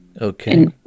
Okay